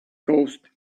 caused